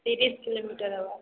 ତିରିଶ କିଲୋମିଟର୍ ହେବା